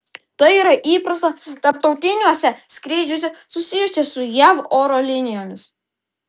tai yra įprasta tarptautiniuose skrydžiuose susijusiuose su jav oro linijomis